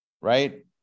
right